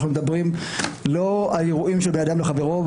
אנחנו מדברים לא על אירועים שבין אדם לחברו,